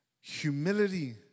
Humility